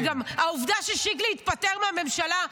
--- העובדה ששיקלי התפטר מהממשלה,